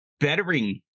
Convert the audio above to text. Bettering